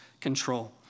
control